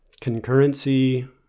concurrency